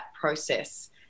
process